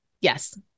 Yes